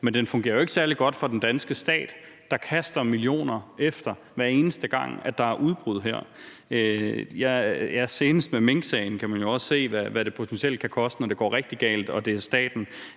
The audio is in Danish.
men den fungerer jo ikke særlig godt for den danske stat, der kaster millioner efter, hver eneste gang der er udbrud her. Senest med minksagen kan man jo også se, hvad det potentielt kan koste, når det går rigtig galt og det er staten,